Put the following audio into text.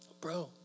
bro